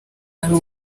ari